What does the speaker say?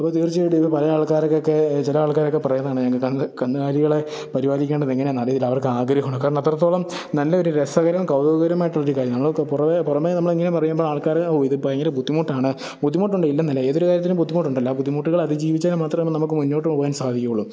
അപ്പോൾ തീര്ച്ചയായിട്ടും ഇപ്പോൾ പല ആള്ക്കാര്ക്കൊക്കെ ചില ആള്ക്കാരൊക്കെ പറയുന്നതു കാണാം ഞങ്ങൾക്ക് കന്നുകാലികളെ പരിപാലിക്കേണ്ടത് എങ്ങനെയെന്ന് അറിയത്തില്ല അവര്ക്ക് ആഗ്രഹമാണ് കാരണം അത്രത്തോളം നല്ലൊരു രസകരവും കൗതുക പരമായിട്ടുള്ളൊരു കാര്യം നമ്മൾ പുറമേ പുറമേ നമ്മളിങ്ങനെ പറയുമ്പോൾ ആള്ക്കാർ ഓ ഇതു ഭയങ്കര ബുദ്ധിമുട്ടാണ് ബുദ്ധിമുട്ടുണ്ട് ഇല്ലയെന്നല്ല ഏതൊരു കാര്യത്തിനും ബുദ്ധിമുട്ടുണ്ടല്ലോ ആ ബുദ്ധിമുട്ടുകള് അതിജീവിച്ചാല് മാത്രമേ നമുക്ക് മുന്നോട്ടു പോകുവാന് സാധിക്കുകയുള്ളൂ